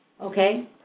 Okay